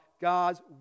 God's